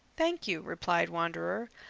thank you, replied wanderer.